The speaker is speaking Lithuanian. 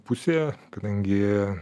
pusėje kadangi